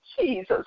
Jesus